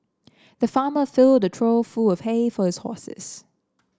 the farmer filled trough full of hay for his horses